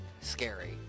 scary